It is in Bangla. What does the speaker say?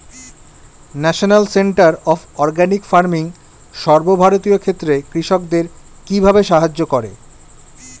National centre of organic farming সর্বভারতীয় ক্ষেত্রে কৃষকদের কিভাবে সাহায্য করে?